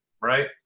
right